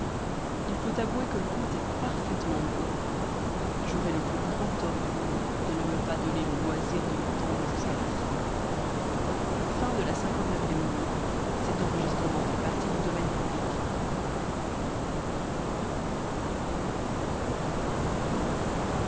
il faut avouer que le conte est parfaitement beau j'aurais le plus grand tort du monde de ne me pas donner le loisir de l'entendre jusqu'à la fin lx nuit